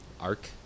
arc